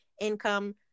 income